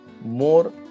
more